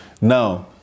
now